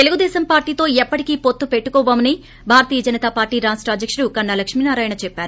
తెలుగుదేశం పార్లీతో ఎప్పటికీ పొత్తు పెట్టుకోబోమని భారతీయ జనతా పార్టీ రాష్ట అధ్యకుడు కన్నా లక్ష్మీనారాయణ చెప్పారు